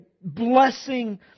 blessing